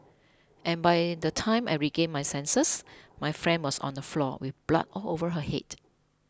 and by the time I regained my senses my friend was on the floor with blood all over her head